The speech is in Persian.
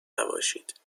نباشید